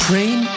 Train